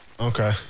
Okay